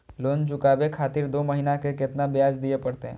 Loan चुकाबे खातिर दो महीना के केतना ब्याज दिये परतें?